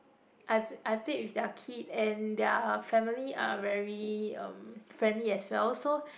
I I played with their kid and their family are very um friendly as well so